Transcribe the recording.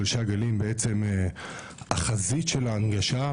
גולשי הגלים החזית שלנו היא שם,